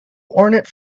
ornate